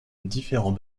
différents